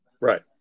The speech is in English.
Right